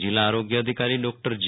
જિલ્લા આરોગ્ય અધિકારી ડોકટર જે